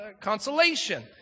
consolation